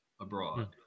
abroad